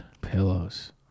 Pillows